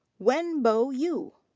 wenbo you.